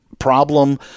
problem